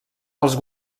els